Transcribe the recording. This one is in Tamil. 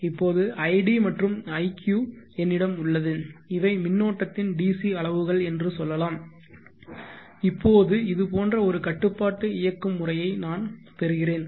இப்போது id மற்றும் iq என்னிடம் உள்ளது இவை மின்னோட்டத்தின் DC அளவுகள் என்று சொல்லலாம் இப்போது இது போன்ற ஒரு கட்டுப்பாட்டு இயக்கும் முறையை நான் பெறுகிறேன்